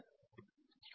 વિદ્યાર્થી